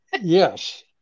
Yes